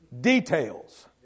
details